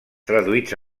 traduïts